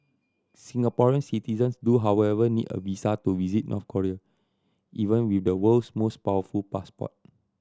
Singaporean citizens do however need a visa to visit North Korea even with the world's most powerful passport